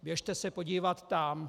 Běžte se podívat tam.